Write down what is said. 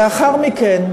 ולאחר מכן,